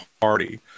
party